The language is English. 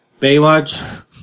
Baywatch